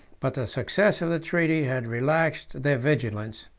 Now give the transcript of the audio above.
but the success of the treaty had relaxed their vigilance,